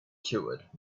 cured